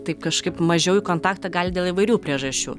taip kažkaip mažiau į kontaktą gali dėl įvairių priežasčių